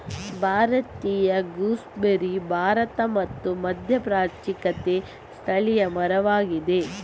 ಭಾರತೀಯ ಗೂಸ್ಬೆರ್ರಿ ಭಾರತ ಮತ್ತು ಮಧ್ಯಪ್ರಾಚ್ಯಕ್ಕೆ ಸ್ಥಳೀಯ ಮರವಾಗಿದೆ